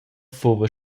fuva